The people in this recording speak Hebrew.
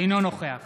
אינו נוכח